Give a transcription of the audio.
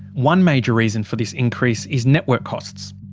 one major reason for this increase is network costs.